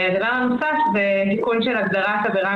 והדבר הנוסף זה ניקוד של הגדרת עבירה